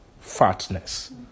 fatness